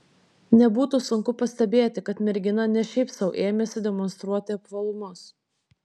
nebūtų sunku pastebėti kad mergina ne šiaip sau ėmėsi demonstruoti apvalumus